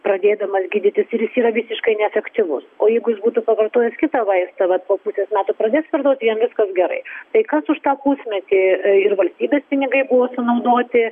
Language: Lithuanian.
pradėdamas gydytis ir jis yra visiškai neefektyvus o jeigu jis būtų pavartojęs kitą vaistą vat po pusės metų pradės vartot ir jam viskas gerai tai kas už tą pusmetį ir valstybės pinigai buvo sunaudoti